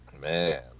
Man